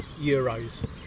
Euros